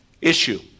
issue